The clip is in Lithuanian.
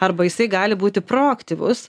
arba jisai gali būti proaktyvus